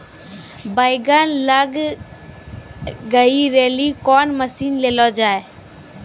बैंगन लग गई रैली कौन मसीन ले लो जाए?